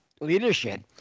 leadership